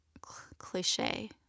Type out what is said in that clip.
cliche